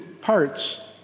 parts